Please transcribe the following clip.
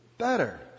better